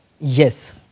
Yes